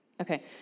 Okay